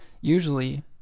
usually